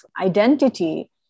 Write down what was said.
identity